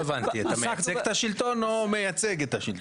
לא הבנתי אתה מייצג את השלטון או מייצג את השלטון?